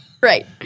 Right